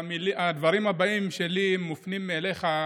הדברים הבאים שלי מופנים אליך,